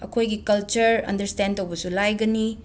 ꯑꯩꯈꯣꯏꯒꯤ culture understand ꯇꯧꯕꯁꯨ ꯂꯥꯏꯒꯅꯤ